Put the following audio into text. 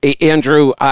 Andrew